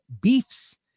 beefs